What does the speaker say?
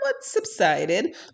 subsided